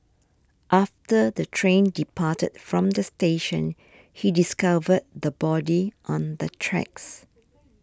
after the train departed from the station he discovered the body on the tracks